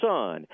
Son